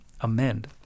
amend